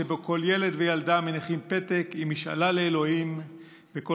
שבו כל ילד וילדה מניחים פתק עם משאלה לאלוהים וכל